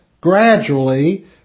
gradually